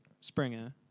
Springer